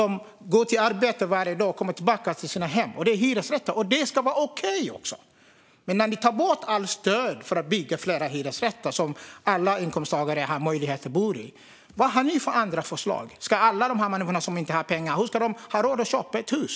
Man går till arbetet varje dag och kommer tillbaka till sitt hem. Det är en hyresrätt, och det ska vara okej. När ni tar bort allt stöd till att bygga fler hyresrätter som alla inkomsttagare har möjlighet att bo i, vad har ni för andra förslag? Alla de här människorna som inte har pengar, hur ska de ha råd att köpa ett hus?